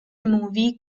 movie